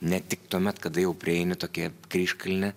ne tik tuomet kada jau prieini tokį kryžkalnį